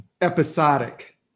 episodic